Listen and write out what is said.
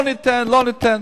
לא ניתן.